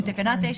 בתקנה 9,